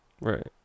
Right